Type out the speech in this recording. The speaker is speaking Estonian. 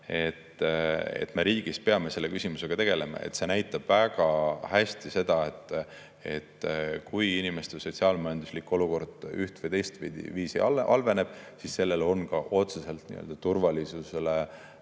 peame riigis selle küsimusega tegelema. See näitab väga hästi seda, et kui inimeste sotsiaal-majanduslik olukord üht‑ või teistviisi halveneb, siis sellel on otseselt mõju ka turvalisusele.